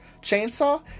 Chainsaw